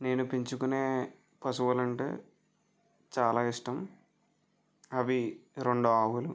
నేను పెంచుకునే పశువులంటే చాలా ఇష్టం అవి రెండు ఆవులు